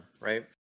right